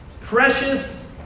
precious